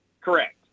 Correct